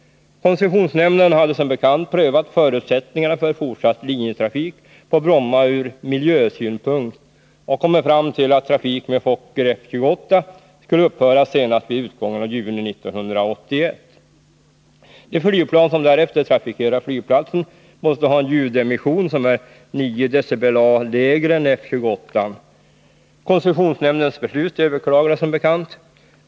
Koncessionsnämnden hade som bekant prövat förutsättningarna för fortsatt linjetrafik på Bromma ur miljösynpunkt och kommit fram till att trafik med Fokker F-28 skulle upphöra senast vid utgången av juni 1981. De flygplan som därefter trafikerar flygplatsen måste ha en ljudemission som är 9 dBA lägre än F-28. Koncessionsnämndens beslut överklagades.